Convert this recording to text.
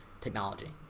technology